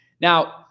Now